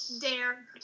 Dare